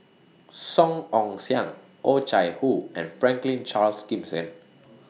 Song Ong Siang Oh Chai Hoo and Franklin Charles Gimson